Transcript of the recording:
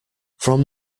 from